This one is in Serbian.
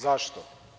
Zašto?